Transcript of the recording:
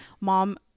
mom